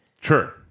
Sure